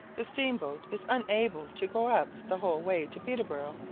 the steam-boat is unable to go up the whole way to peterborough,